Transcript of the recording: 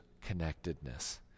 connectedness